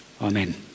Amen